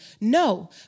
no